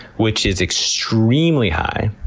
which is extremely high,